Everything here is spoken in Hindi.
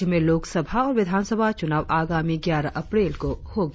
राज्य में लोकसभा और विधानसभा चुनाव आगामी ग्यारह अप्रैल को होगी